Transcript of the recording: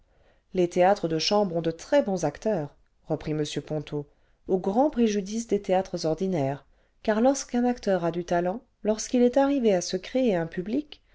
les théâtres de chambre ont de très bons acteurs reprit m ponto au grand préjudice des théâtres ordinaires car lorsqu'un acteur a du talent lorsqu'il est arrivé à se créer un pubbc